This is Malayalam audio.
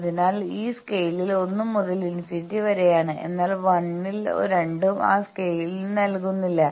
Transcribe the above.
അതിനാൽ ഈ സ്കെയിൽ 1 മുതൽ ഇൻഫിനിറ്റി വരെയാണ് എന്നാൽ 1 ൽ രണ്ടും ആ സ്കെയിൽ നൽകുന്നില്ല